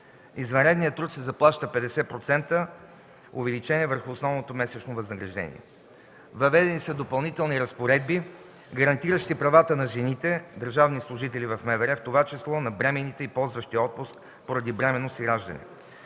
Извънредният труд се заплаща 50% увеличение върху основното месечно възнаграждение. Въведени са допълнителни разпоредби, гарантиращи правата на жените – държавни служители в МВР, в това число на бременните и ползващи отпуск поради бременност и раждане.